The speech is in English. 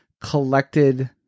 collected